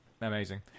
Amazing